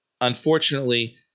unfortunately